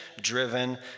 driven